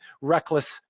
reckless